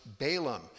Balaam